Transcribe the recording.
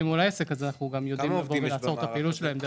מול העסק אנחנו יודעים לעצור את הפעילות שלהם.